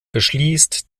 beschließt